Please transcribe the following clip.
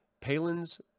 Palin's